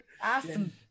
Awesome